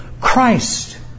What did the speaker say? Christ